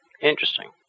Interesting